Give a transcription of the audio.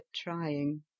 trying